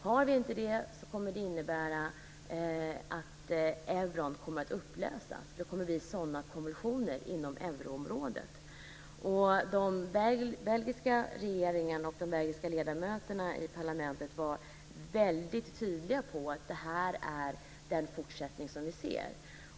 Har vi inte det kommer euron att upplösas, eftersom det då blir sådana konvulsioner inom euroområdet. Den belgiska regeringen och de belgiska parlamentsledamöterna var väldigt tydliga i att detta var den fortsättning de ser.